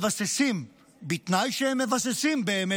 בתנאי שהם מבססים באמת,